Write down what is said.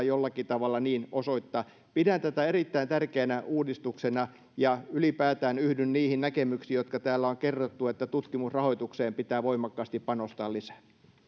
jollakin tavalla niin osoittaa pidän tätä erittäin tärkeänä uudistuksena ja ylipäätään yhdyn niihin näkemyksiin jotka täällä on kerrottu että tutkimusrahoitukseen pitää voimakkaasti panostaa lisää